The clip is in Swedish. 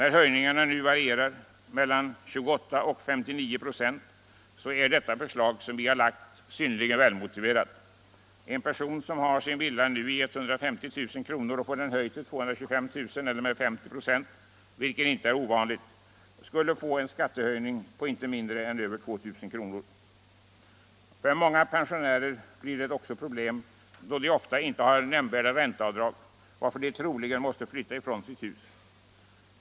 När höjningarna nu varierar mellan 28 och 59 4, är det förslag som vi framlagt synnerligen välmotiverat. En person som har sin villa taxerad till 150 000 kr. och får taxeringen höjd till 225 000 eller med 50 96 — vilket inte är ovanligt — skulle få en skattehöjning på inte mindre än över 2 000 kr. För många pensionärer blir det också problem, då de ofta inte har nämnvärda ränteavdrag, varför de troligen måste flytta ifrån sina hus.